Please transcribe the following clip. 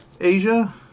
Asia